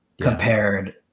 compared